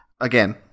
again